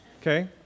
Okay